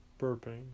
burping